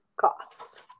costs